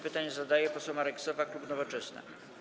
Pytanie zadaje poseł Marek Sowa, klub Nowoczesna.